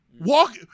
Walk